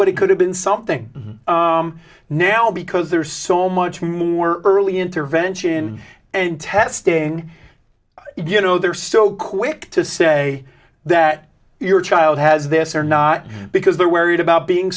but it could have been something now because there's so much more early intervention and testing you know they're so quick to say that your child has this or not because they're worried about being